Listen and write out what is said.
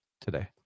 today